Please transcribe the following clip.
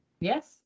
Yes